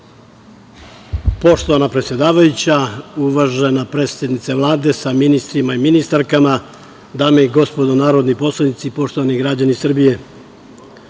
Poštovana predsedavajuća, uvažena predsednice Vlade sa ministrima i ministarkama, dame i gospodo narodni poslanici, poštovani građani Srbije